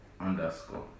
underscore